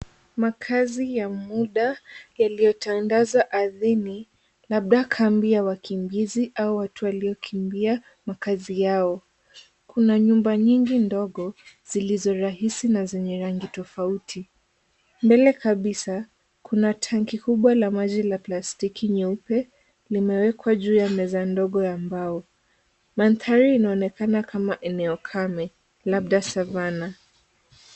Makazi ya muda yaliyotandazwa ardhini, labda kambi ya wakimbizi au watu waliokimbia makazi yao, kuna nyumba nyingi ndogo zilizorahisi na zenye rangi tofauti, mbele kabisa kuna tanki kubwa la maji la plastiki nyeupe, limewekwa juu ya meza ndogo ya mbao. Mandhari inaonekana kama eneo kame, labda Savanna.